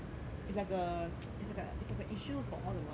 it's like a it's like a it's like a issue for all the model essays